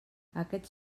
aquests